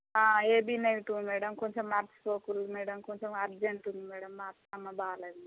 AB negative madam కొంచం మర్చిపోకుర్రి madam కొంచం అర్జెంటు ఉంది మేడమ్ మా అత్తమ్మ బాలేదు మేడమ్